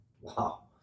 wow